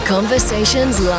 Conversations